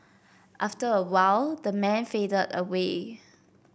after a while the man faded away